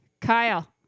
Kyle